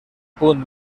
punt